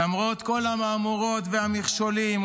למרות כל המהמורות והמכשולים,